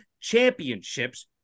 championships